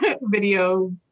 video